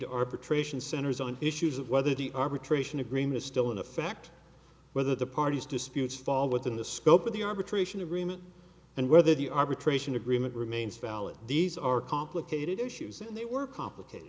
patricians centers on issues of whether the arbitration agreement still in effect whether the parties disputes fall within the scope of the arbitration agreement and whether the arbitration agreement remains valid these are complicated issues and they were complicated